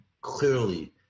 clearly